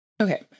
Okay